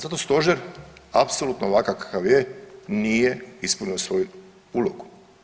Zato stožer apsolutno ovakav kakav je nije ispunio svoju ulogu.